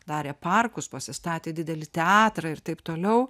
darė parkus pasistatė didelį teatrą ir taip toliau